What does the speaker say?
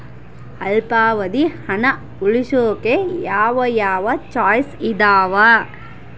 ಅಲ್ಪಾವಧಿ ಹಣ ಉಳಿಸೋಕೆ ಯಾವ ಯಾವ ಚಾಯ್ಸ್ ಇದಾವ?